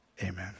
amen